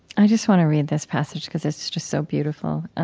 i just want to read this passage cause it's just so beautiful.